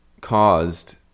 caused